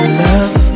love